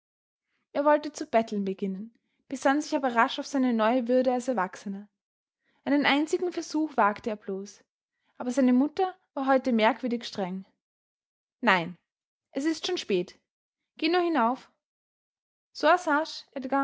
er wollte zu betteln beginnen besann sich aber rasch auf seine neue würde als erwachsener einen einzigen versuch wagte er bloß aber seine mutter war heute merkwürdig streng nein es ist schon spät geh nur hinauf